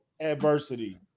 adversity